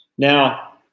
now